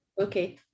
Okay